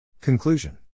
Conclusion